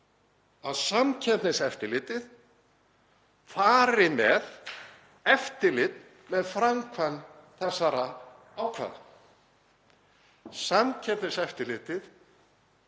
að Samkeppniseftirlitið fari með eftirlit með framkvæmd þessara ákvæða. Samkeppniseftirlitið